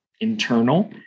internal